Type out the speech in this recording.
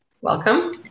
Welcome